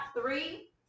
Three